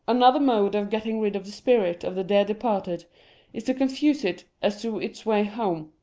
another mode of getting rid of the spirit of the dear departed is to confuse it as to its way home.